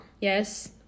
yes